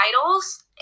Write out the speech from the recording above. titles